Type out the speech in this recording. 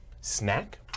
Snack